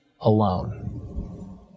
alone